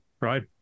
right